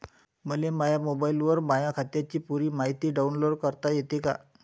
मले माह्या मोबाईलवर माह्या खात्याची पुरी मायती डाऊनलोड करता येते का?